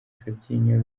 sabyinyo